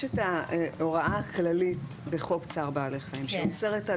יש את ההוראה הכללית בחוק צער בעלי חיים שאוסרת על